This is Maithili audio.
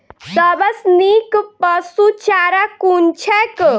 सबसँ नीक पशुचारा कुन छैक?